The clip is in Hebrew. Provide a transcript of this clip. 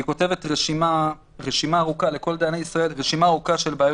היא כותבת לדייני ישראל רשימה ארוכה של בעיות.